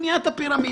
לבנית הפירמידה.